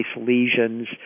lesions